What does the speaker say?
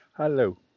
Hello